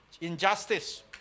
Injustice